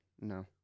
No